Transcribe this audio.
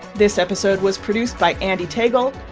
this episode was produced by andee tagle.